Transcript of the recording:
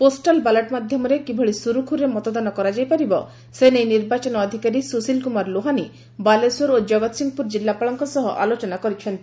postal ballot ମାଧ୍ଧମରେ କିଭଳି ସୁରୁଖୁରୁରେ ମତଦାନ କରାଯାଇପାରିବ ସେ ନେଇ ନିର୍ବାଚନ ଅଧିକାରୀ ସୁଶୀଲ କୁମାର ଲୋହାନୀ ବାଲେଶ୍ୱର ଓ ଜଗତସିଂହପୁର ଜିଲ୍ଲାପାଳଙ୍କ ସହ ଆଲୋଚନା କରିଛନ୍ତି